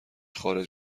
خارج